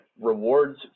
rewards